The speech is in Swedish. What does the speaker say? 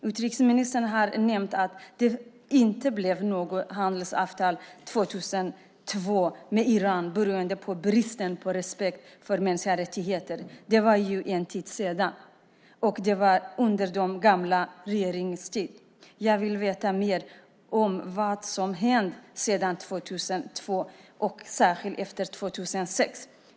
Utrikesministern har nämnt att det inte blev något handelsavtal med Iran 2002 beroende på bristen på respekt för mänskliga rättigheter. Det var en tid sedan, och det var under den gamla regeringens tid. Jag vill veta mer om vad som hänt sedan 2002 och särskilt efter 2006.